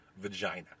vagina